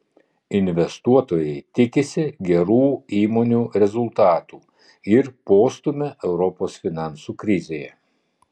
investuotojai tikisi gerų įmonių rezultatų ir postūmio europos finansų krizėje